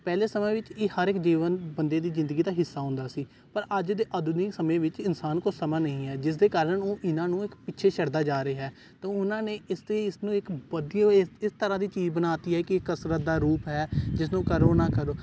ਪਹਿਲੇ ਸਮੇਂ ਵਿੱਚ ਇਹ ਹਰ ਇੱਕ ਜੀਵਨ ਬੰਦੇ ਦੀ ਜ਼ਿੰਦਗੀ ਦਾ ਹਿੱਸਾ ਹੁੰਦਾ ਸੀ ਪਰ ਅੱਜ ਦੇ ਆਧੁਨਿਕ ਸਮੇਂ ਵਿੱਚ ਇਨਸਾਨ ਕੋਲ ਸਮਾਂ ਨਹੀਂ ਹੈ ਜਿਸ ਦੇ ਕਾਰਨ ਉਹ ਇਹਨਾਂ ਨੂੰ ਇੱਕ ਪਿੱਛੇ ਛੱਡਦਾ ਜਾ ਰਿਹਾ ਤਾਂ ਉਹਨਾਂ ਨੇ ਇਸਦੇ ਇਸਨੂੰ ਇੱਕ ਵਧੀ ਹੋਏ ਇਸ ਤਰ੍ਹਾਂ ਦੀ ਚੀਜ਼ ਬਣਾ ਤੀ ਹੈ ਕਿ ਕਸਰਤ ਦਾ ਰੂਪ ਹੈ ਜਿਸ ਨੂੰ ਕਰੋ ਨਾ ਕਰੋ